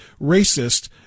racist